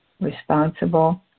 responsible